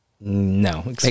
No